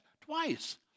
twice